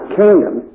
kingdom